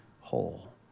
whole